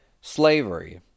slavery